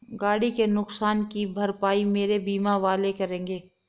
गाड़ी के नुकसान की भरपाई मेरे बीमा वाले करेंगे